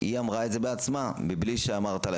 היא אמרה את זה בעצמה מבלי שאמרת לה